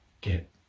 get